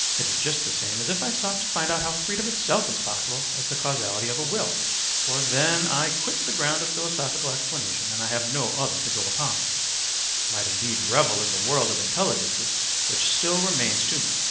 it is just the same as if i sought to find out how freedom itself is possible as the causality of a will. for then i quit the ground of philosophical explanation, and i have no other to go upon. i might indeed revel in the world of intelligences which still remains to me,